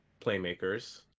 playmakers